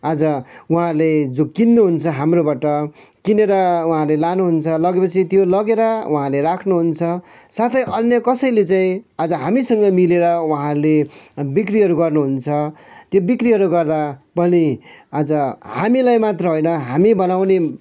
आज उहाँहरूले जो किन्नुहुन्छ हाम्रोबाट किनेर उहाँहरूले लानुहुन्छ लगेपछि त्यो लगेर उहाँहरूले राख्नुहुन्छ साथै अन्य कसैले चाहिँ आज हामीसँग मिलेर उहाँहरूले बिक्रीहरू गर्नुहुन्छ त्यो बिक्रीहरू गर्दा पनि आज हामीलाई मात्र होइन हामी बनाउने